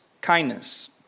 kindness